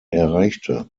erreichte